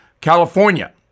California